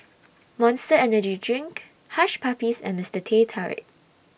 Monster Energy Drink Hush Puppies and Mister Teh Tarik